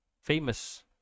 famous